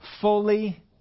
fully